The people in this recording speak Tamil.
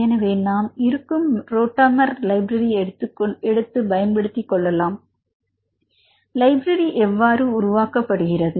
எனவே நாம் ஏற்கனவே இருக்கும் ரோட்டமர் லைப்ரரி எடுத்து பயன்படுத்திக் கொள்ளலாம் லைப்ரரி எவ்வாறு உருவாக்கப்படுகிறது